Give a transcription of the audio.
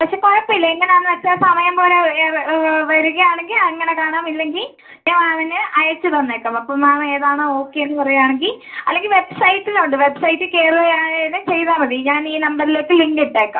പക്ഷെ കുഴപ്പമില്ല എങ്ങനെയാണെന്ന് വെച്ചാൽ സമയം പോലെ വരുക ആണെങ്കിൽ അങ്ങനെ കാണാം ഇല്ലെങ്കിൽ ഞാൻ അയച്ച് തന്നേക്കാം അപ്പോൾ മാം ഏത് ആണ് ഓക്കെയെന്ന് പറയുകയാണെങ്കിൽ അല്ലെങ്കിൽ വെബ്സൈറ്റിൽ ഉണ്ട് വെബ്സൈറ്റിൽ കേറിയാൽ ചെയ്താൽ മതി ഞാൻ ഈ നമ്പറിലേക്ക് ലിങ്ക് ഇട്ടേക്കാം